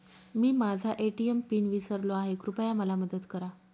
मी माझा ATM PIN विसरलो आहे, कृपया मला मदत करा